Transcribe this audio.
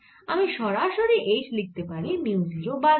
আমি সরাসরি H লিখতে পারি মিউ 0 বাদ দিয়ে